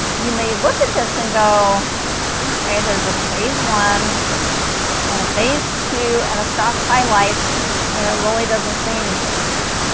you may look at this and go okay there's a phase one and a phase two and a stock highlights and it ah really doesn't say anything in there